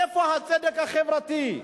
איפה הצדק החברתי?